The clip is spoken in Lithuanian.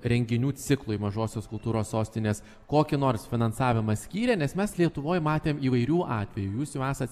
renginių ciklui mažosios kultūros sostinės kokį nors finansavimą skyrė nes mes lietuvoj matėm įvairių atvejų jūs jau esat